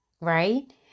Right